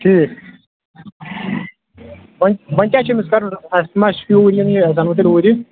ٹھیٖک وۄں وۄنۍ کیٛاہ چھُ أمِس کرُن اسہِ ما چھُ اور یُن أسۍ انوٗن تیٚلہِ اور یہِ